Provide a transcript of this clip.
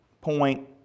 point